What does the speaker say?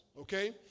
okay